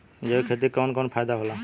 जैविक खेती क कवन कवन फायदा होला?